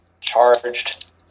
charged